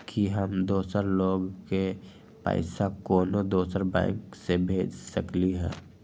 कि हम दोसर लोग के पइसा कोनो दोसर बैंक से भेज सकली ह?